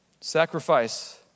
sacrifice